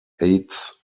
eighth